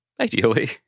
Ideally